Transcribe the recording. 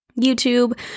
YouTube